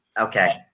Okay